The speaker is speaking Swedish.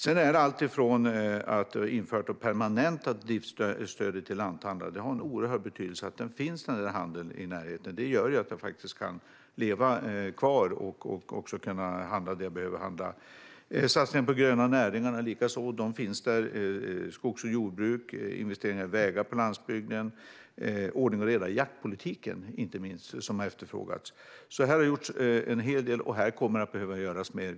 Vi har även permanentat driftsstödet till lanthandlarna. Det har en oerhört stor betydelse att en sådan handel finns i ens närhet. Det gör att man kan bo kvar och handla det man behöver. Vi har satsningen på de gröna näringarna. Det handlar om skogs och jordbruk och investeringar i vägarna på landsbygden. Inte minst har vi skapat ordning och reda i jaktpolitiken, vilket har efterfrågats. En hel del har alltså gjorts, och mer kommer att behöva göras.